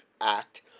act